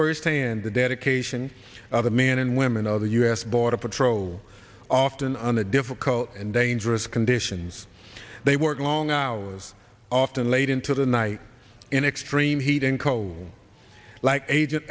firsthand the dedication of the men and women of the u s border patrol often on a difficult and dangerous conditions they work long hours often late into the night in extreme heat in coal like agent